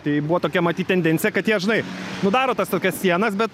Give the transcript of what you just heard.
tai buvo tokia matyt tendencija kad jie žinai nu daro tas tokias sienas bet